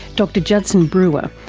dr judson brewer,